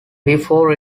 before